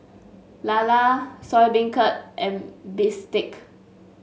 lala Soya Beancurd and bistake